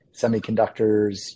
semiconductors